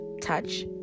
touch